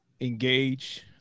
engage